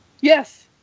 Yes